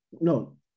no